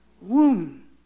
womb